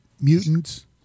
mutants